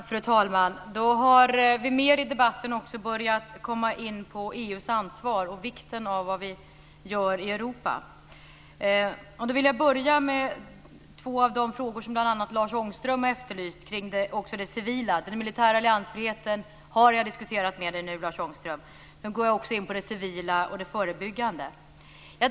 Fru talman! Då har vi mer i debatten börjat komma in på EU:s ansvar och vikten av vad vi gör i Europa. Jag vill börja med två av de frågor som bl.a. Lars Ångström har efterlyst kring den civila delen. Den militära alliansfriheten har jag nu diskuterat med Lars Ångström. Nu går jag också in på det civila och det förebyggande.